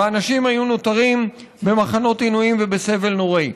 והאנשים היו נותרים במחנות עינויים ובסבל נוראי.